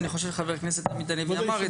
ואני חושב שחבר הכנסת עמית הלוי אמר את זה.